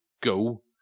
go